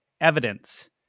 evidence